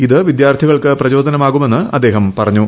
ഇത് വിദ്യാർത്ഥികൾക്ക് പ്രചോദനമാകുമെന്ന് അദ്ദേഹം പറഞ്ഞു